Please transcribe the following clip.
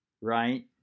right